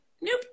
Nope